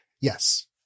Yes